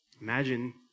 Imagine